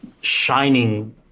shining